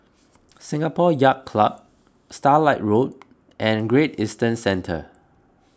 Singapore Yacht Club Starlight Road and Great Eastern Centre